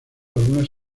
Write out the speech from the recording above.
algunas